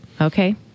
Okay